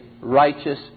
righteous